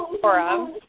forum